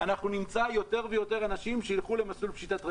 נמצא יותר ויותר אנשים שילכו למסלול פשיטת רגל.